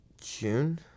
June